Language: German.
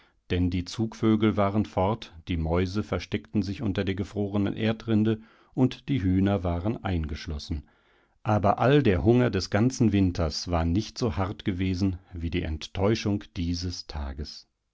denn die zugvögel waren fort die mäuse versteckten sich unter der gefrorenen erdrinde und die hühner waren eingeschlossen aber all der hunger des ganzen winters war nicht so hart gewesenwiedieenttäuschungdiesestages reineke war